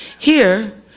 here,